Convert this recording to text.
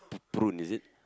p~ prune is it